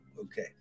Okay